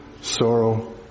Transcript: sorrow